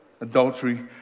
adultery